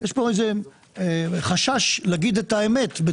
יש כאן חשש להגיד את האמת.